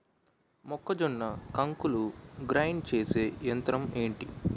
మొక్కజొన్న కంకులు గ్రైండ్ చేసే యంత్రం ఏంటి?